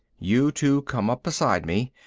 you two come up beside me.